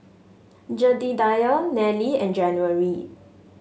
Jedediah Nellie and January